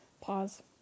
pause